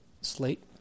slate